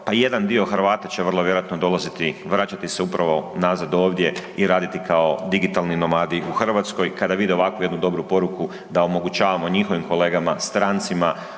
pa jedan dio Hrvata će vrlo vjerojatno dolaziti, vraćati se upravo nazad ovdje i raditi kao digitalni nomadi u Hrvatskoj kada vide ovakvu jednu dobru poruku da omogućavamo njihovim kolegama, strancima